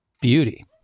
Beauty